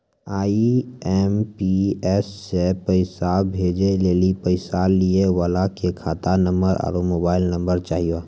IMPS से पैसा भेजै लेली पैसा लिये वाला के खाता नंबर आरू मोबाइल नम्बर चाहियो